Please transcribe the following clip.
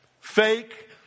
Fake